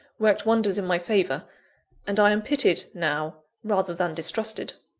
worked wonders in my favour and i am pitied now, rather than distrusted.